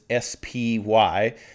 SPY